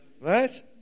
Right